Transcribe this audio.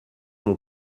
mon